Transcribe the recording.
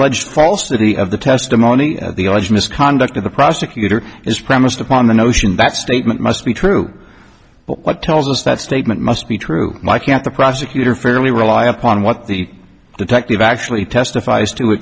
alleged falsity of the testimony of the alleged misconduct of the prosecutor is premised upon the notion that statement must be true but what tells us that statement must be true why can't the prosecutor fairly rely upon what the detective actually testifies to a